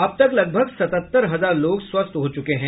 अब तक लगभग सतहत्तर हजार लोग स्वस्थ हो चुके हैं